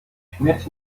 śmierć